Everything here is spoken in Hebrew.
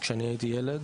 כשהייתי ילד,